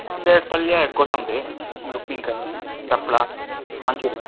ಹಾಂ ಒಂದು ಎರಡು ಪಲ್ಯ ಎರಡು ಕೋಸಂಬರಿ ಒಂದು ಉಪ್ಪಿನಕಾಯಿ ಒಂದು ಹಪ್ಳ ಮಂಚೂರಿ